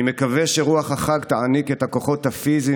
אני מקווה שרוח החג תעניק את הכוחות הפיזיים